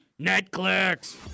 Netflix